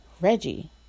Reggie